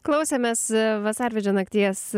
klausėmės vasarvidžio nakties